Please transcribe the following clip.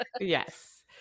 Yes